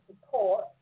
support